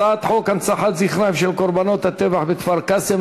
הצעת חוק הנצחת זכרם של קורבנות טבח כפר-קאסם,